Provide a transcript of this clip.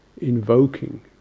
invoking